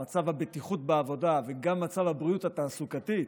על מצב הבטיחות בעבודה וגם על מצב הבריאות התעסוקתית,